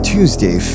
Tuesday